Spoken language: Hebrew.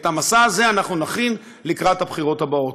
את המסע הזה אנחנו נכין לקראת הבחירות הבאות.